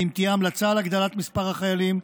ואם תהיה המלצה על הגדלת מספר החיילים,